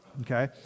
Okay